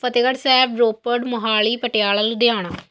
Fatehgarh Sahib Ropar Mohali Patiala Ludhiana